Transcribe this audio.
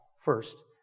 first